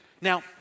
Now